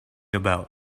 about